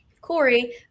Corey